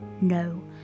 No